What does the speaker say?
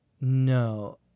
No